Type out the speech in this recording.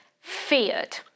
feared